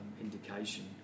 indication